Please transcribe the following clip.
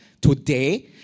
today